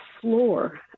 floor